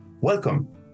welcome